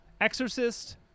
Exorcist